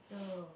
no